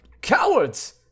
Cowards